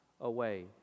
away